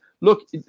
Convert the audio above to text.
look